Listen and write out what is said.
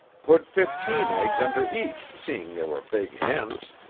put fifteen eggs under each, seeing they were big hens.